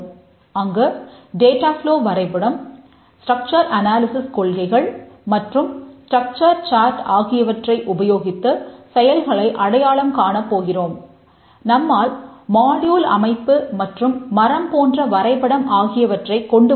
அங்கு டேட்டா ஆஃப்லோ அமைத்து மற்றும் மரம் போன்ற வரைபடம் ஆகியவற்றைக் கொண்டுவர முடியும்